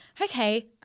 okay